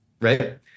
right